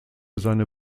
seine